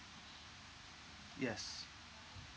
yes